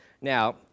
Now